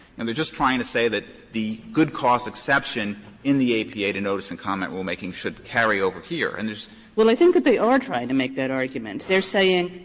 and they are just trying to say that the good cause exception in the apa to notice and comment rulemaking should carry over here, and there's kagan well, i think that they are trying to make that argument. they are saying,